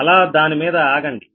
అలా దానిమీద ఆగండి